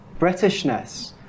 Britishness